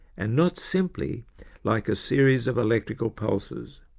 and not simply like a series of electrical pulses.